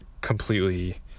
completely